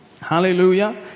Hallelujah